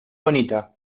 bonita